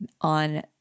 on